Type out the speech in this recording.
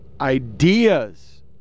ideas